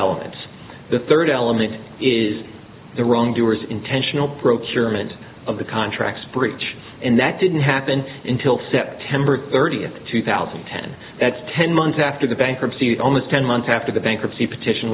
elements the third element is the wrongdoers intentional procurement of the contracts breach and that didn't happen until september thirtieth two thousand and ten that's ten months after the bankruptcy almost ten months after the bankruptcy protection